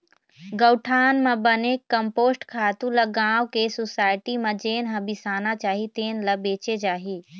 गउठान म बने कम्पोस्ट खातू ल गाँव के सुसायटी म जेन ह बिसाना चाही तेन ल बेचे जाही